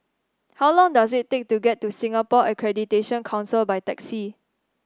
how long does it take to get to Singapore Accreditation Council by taxi